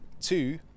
Two